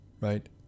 right